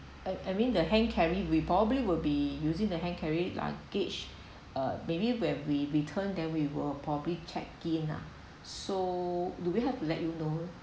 I I mean the hand carry we probably will be using the hand carry luggage uh maybe when we return then we will probably check in ah so do we have to let you know